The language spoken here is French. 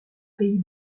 pays